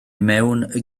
mewn